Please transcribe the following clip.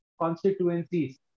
constituencies